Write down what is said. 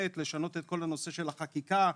לשנות את כל הנושא של החקיקה,